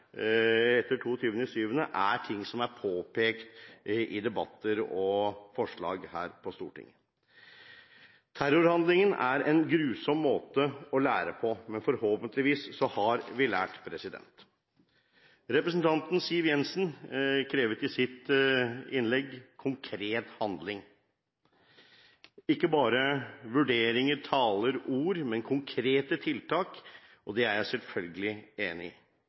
debatter og forslag her på Stortinget. Terrorhandlingen er en grusom måte å lære på, men forhåpentligvis har vi lært. Representanten Siv Jensen krevet i sitt innlegg konkret handling, ikke bare vurderinger, talemåter og ord, men konkrete tiltak, og det er jeg selvfølgelig enig i.